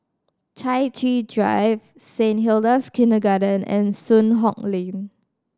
Chai Chee Drive Saint Hilda's Kindergarten and Soon Hock Lane